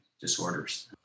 disorders